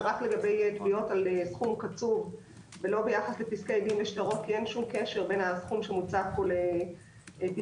מקצוע עבורו לא לשלם יצליח לא לשלם,